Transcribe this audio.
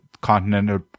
Continental